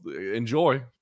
enjoy